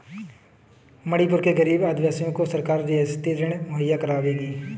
मणिपुर के गरीब आदिवासियों को सरकार रियायती ऋण मुहैया करवाएगी